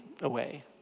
away